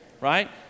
right